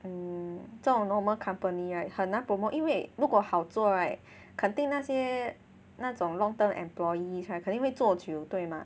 mm 这种 normal company right 很难 promote 因为如果好做 right 肯定那些那种 long term employees right 肯定会做久对吗